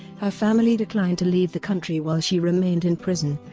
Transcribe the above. her family declined to leave the country while she remained in prison,